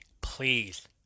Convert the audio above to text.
please